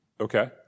Okay